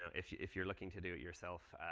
so if yeah if you're looking to do it yourself,